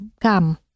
Come